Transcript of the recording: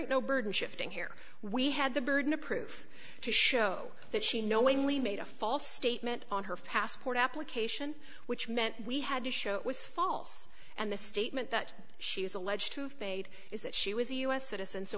is no burden shifting here we had the burden of proof to show that she knowingly made a false statement on her passport application which meant we had to show it was false and the statement that she is alleged to fade is that she was a you citizen so